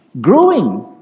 Growing